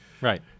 Right